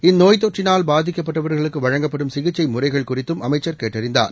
இந்நோய் தொற்றினால் பாதிக்கப்பட்டவர்களுக்கு வழங்கப்படும் சிகிச்சை முறைகள் குறித்தும் அமைச்சர் கேட்டறிந்தார்